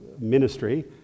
ministry